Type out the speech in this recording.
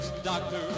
doctor